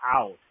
out